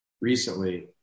recently